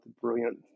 brilliant